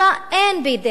אין בידינו חומר.